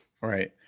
Right